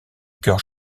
cœur